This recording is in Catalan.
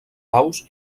aus